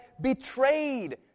betrayed